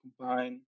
combine